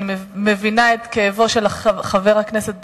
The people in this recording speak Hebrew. אני מבינה את כאבו של חבר הכנסת בן-ארי,